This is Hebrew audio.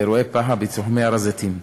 לאירועי פח"ע בתחומי הר-הזיתים.